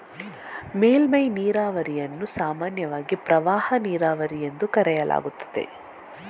ಮೇಲ್ಮೈ ನೀರಾವರಿಯನ್ನು ಸಾಮಾನ್ಯವಾಗಿ ಪ್ರವಾಹ ನೀರಾವರಿ ಎಂದು ಕರೆಯಲಾಗುತ್ತದೆ